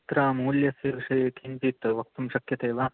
अत्र मूल्यस्य विषये किञ्चित् वक्तुं शक्यते वा